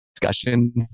discussion